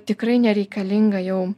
tikrai nereikalinga jau